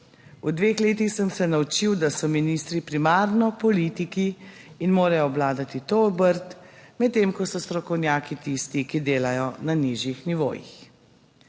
V dveh letih sem se naučil, da so ministri primarno politiki in morajo obvladati to obrt, medtem ko so strokovnjaki tisti, ki delajo na nižjih nivojih.